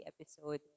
episode